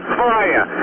fire